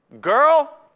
girl